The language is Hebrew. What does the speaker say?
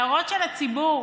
להערות של הציבור,